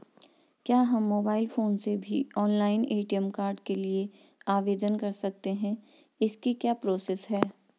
क्या हम mobile phone से भी ऑनलाइन ए.टी.एम कार्ड के लिए आवेदन कर सकते हैं इसकी क्या प्रोसेस है?